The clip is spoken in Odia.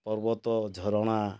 ପର୍ବତ ଝରଣା